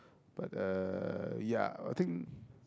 but uh ya I think